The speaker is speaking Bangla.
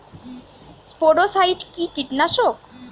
স্পোডোসাইট কি কীটনাশক?